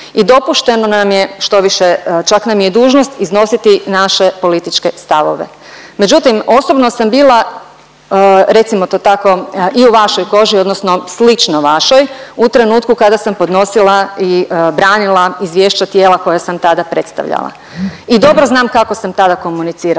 i dopušteno nam je, štoviše čak nam je dužnost iznositi naše političke stavove. Međutim osobno sam bila recimo to tako i u vašoj koži odnosno slično vašoj u trenutku kada sam podnosila i branila izvješća tijela koja sam tada predstavljala i dobro znam kako sam tada komunicirala,